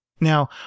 Now